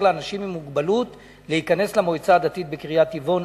כדי לאפשר לאנשים עם מוגבלות להיכנס למועצה הדתית בקריית-טבעון.